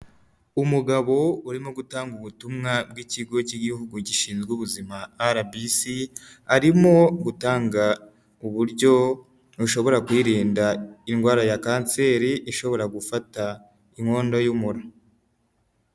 Umugabo urimo gutanga ubutumwa bw'ikigo cy'igihugu gishinzwe ubuzima RBC arimo gutanga uburyo ushobora kwirinda indwara ya kanseri ishobora gufata inkondo y'umura.